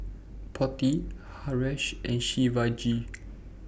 Potti Haresh and Shivaji